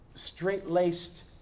Straight-laced